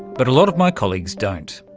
but a lot of my colleagues don't.